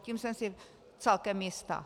Tím jsem si celkem jista.